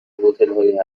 هتلهای